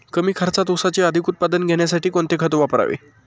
कमी खर्चात ऊसाचे अधिक उत्पादन घेण्यासाठी कोणते खत वापरावे?